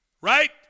Right